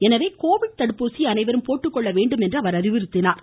எனவே கோவிட் தடுப்பூசியை அனைவரும் போட்டுக்கொள்ள வேண்டும் என்றார்